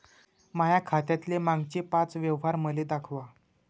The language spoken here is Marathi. माया खात्यातले मागचे पाच व्यवहार मले दाखवा